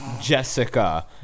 Jessica